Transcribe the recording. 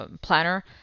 planner